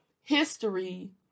history